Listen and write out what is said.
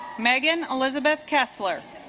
megan elizabeth kessler